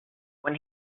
when